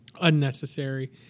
unnecessary